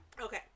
Okay